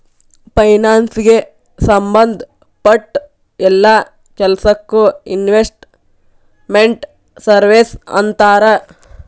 ಫೈನಾನ್ಸಿಗೆ ಸಂಭದ್ ಪಟ್ಟ್ ಯೆಲ್ಲಾ ಕೆಲ್ಸಕ್ಕೊ ಇನ್ವೆಸ್ಟ್ ಮೆಂಟ್ ಸರ್ವೇಸ್ ಅಂತಾರ